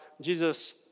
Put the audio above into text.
Jesus